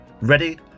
ready